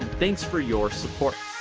thanks for your support.